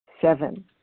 Seven